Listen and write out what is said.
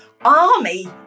army